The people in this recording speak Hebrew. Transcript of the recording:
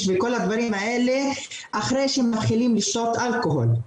וכל הדברים האלה אחרי שהם מתחילים לשתות אלכוהול,